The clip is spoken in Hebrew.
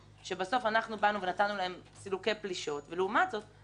שבסוף נתנו להם סילוקי פלישות, ולעומת זאת החטיבה